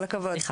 כל הכבוד.